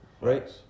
Right